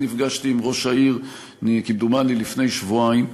אני נפגשתי עם ראש העיר, כמדומני לפני שבועיים,